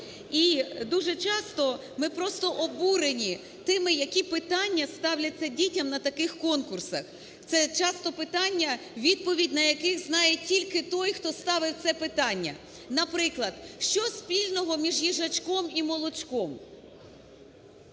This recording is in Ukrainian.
І дуже часто ми просто обурені тими, які питання ставляться дітям на таких конкурсах. Це часто питання, відповідь на які знає тільки той, хто ставив це питання. Наприклад, що спільного між їжачком і молочком?